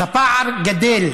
אז הפער גדל.